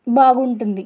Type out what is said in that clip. బాగుంటుంది